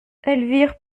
elvire